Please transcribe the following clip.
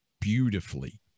beautifully